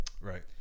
right